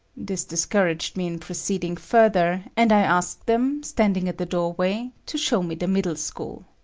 this discouraged me in proceeding further, and i asked them, standing at the door-way, to show me the middle school.